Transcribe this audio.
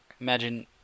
Imagine